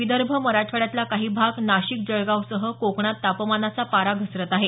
विदर्भ मराठवाड्यातला काही भाग नाशिक जळगावसह कोकणात तापमानाचा पारा घसरत आहे